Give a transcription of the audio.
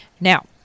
now